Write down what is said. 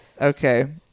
okay